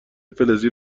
فلزی